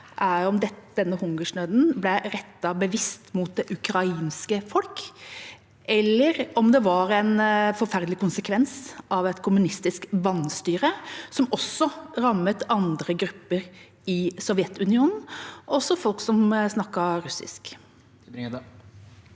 er om denne hungersnøden ble rettet bevisst mot det ukrainske folk, eller om det var en forferdelig konsekvens av et kommunistisk vanstyre, som også rammet andre grupper i Sovjetunionen, også folk som snakket russisk.